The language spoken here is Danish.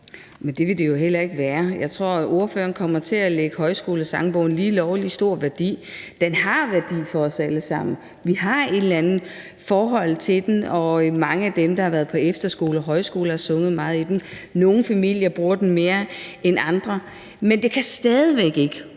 det vil det jo heller ikke være. Jeg tror, spørgeren kommer til at tillægge Højskolesangbogen lige lovlig stor værdi. Den har værdi for os alle sammen; vi har et eller andet forhold til den – mange af dem, der har været på efterskole eller højskole og sunget mange sange fra den. Og nogle familier bruger den mere end andre. Men det kan stadig væk ikke,